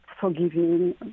forgiving